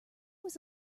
was